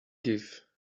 give